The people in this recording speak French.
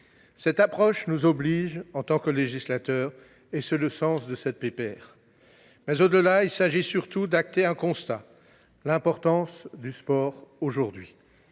Cette approche nous oblige en tant que législateurs, et c’est le sens de cette proposition de résolution. Au delà, il s’agit surtout d’acter un constat : l’importance du sport aujourd’hui.